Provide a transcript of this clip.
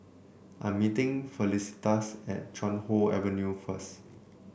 I'm meeting Felicitas at Chuan Hoe Avenue first